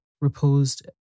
reposed